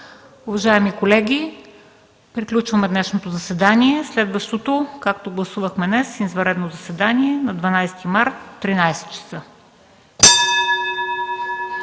Уважаеми колеги, приключваме днешното заседание. Следващото, както гласувахме днес, е извънредно заседание на 12 март 2013 г.